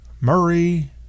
Murray